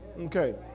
okay